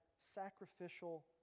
sacrificial